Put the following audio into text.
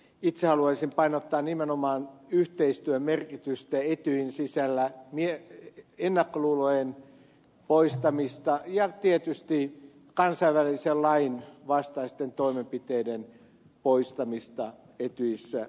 itse haluaisin painottaa nimenomaan yhteistyön merkitystä etyjin sisällä ennakkoluulojen poistamista ja tietysti kansainvälisen lain vastaisten toimenpiteiden poistamista etyjissä